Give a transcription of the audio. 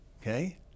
Okay